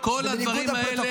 כל הדברים האלה,